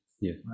yes